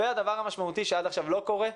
הדבר המשמעותי שעד עכשיו לא קורה,